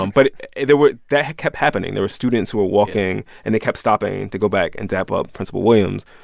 um but there were that kept happening. there were students who were walking, and they kept stopping to go back and dap up principal williams,